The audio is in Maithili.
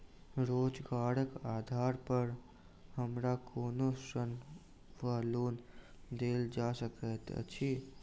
रोजगारक आधार पर हमरा कोनो ऋण वा लोन देल जा सकैत अछि?